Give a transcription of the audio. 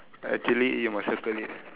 actually you must circle it